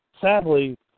sadly